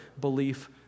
belief